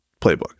playbook